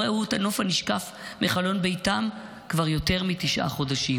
הם לא ראו את הנוף הנשקף מחלון ביתם כבר יותר מתשעה חודשים,